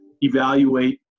evaluate